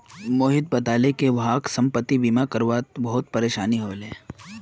मोहित बताले कि वहाक संपति बीमा करवा त बहुत परेशानी ह ले